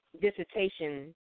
dissertation